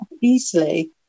easily